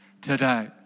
today